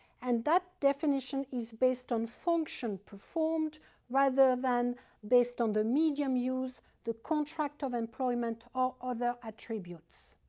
and that definition is based on function performed rather than based on the medium used, the contract of employment or other attributes.